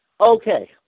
Okay